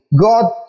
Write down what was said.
God